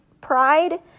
pride